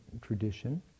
tradition